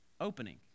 opening